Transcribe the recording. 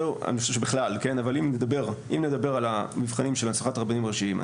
אם נדבר על המבחנים של הנצחת הרבנים הראשיים,